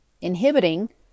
Inhibiting